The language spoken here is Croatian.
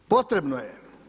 Potrebno je.